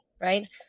right